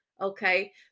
okay